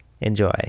enjoy